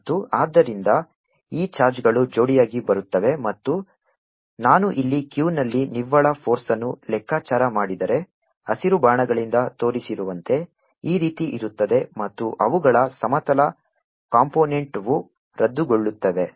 ಮತ್ತು ಆದ್ದರಿಂದ ಈ ಚಾರ್ಜ್ಗಳು ಜೋಡಿಯಾಗಿ ಬರುತ್ತವೆ ಮತ್ತು ನಾನು ಇಲ್ಲಿ q ನಲ್ಲಿ ನಿವ್ವಳ ಫೋರ್ಸ್ಅನ್ನು ಲೆಕ್ಕಾಚಾರ ಮಾಡಿದರೆ ಹಸಿರು ಬಾಣಗಳಿಂದ ತೋರಿಸಿರುವಂತೆ ಈ ರೀತಿ ಇರುತ್ತದೆ ಮತ್ತು ಅವುಗಳ ಸಮತಲ ಕಾಂಪೊನೆಂಟ್ವು ರದ್ದುಗೊಳ್ಳುತ್ತದೆ